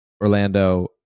Orlando